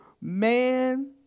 Man